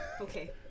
Okay